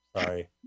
Sorry